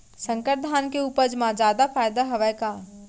संकर धान के उपज मा जादा फायदा हवय का?